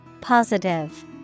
Positive